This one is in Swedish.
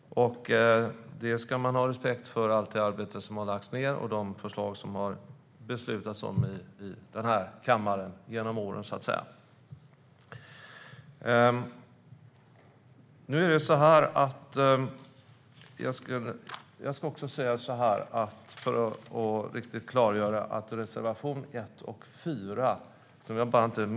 Man ska ha respekt för allt det arbete som har lagts ned och de förslag som det har fattats beslut om i denna kammare genom åren. Jag ska också göra ett klargörande. Jag yrkar bifall till reservationerna 1 och 4.